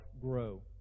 grow